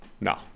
No